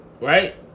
right